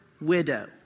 widow